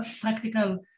practical